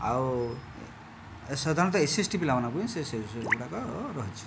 ଆଉ ସାଧାରଣତଃ SC ST ପିଲାମାନଙ୍କ ପାଇଁ ସେ ସେ ଗୁଡ଼ାକ ରହିଛି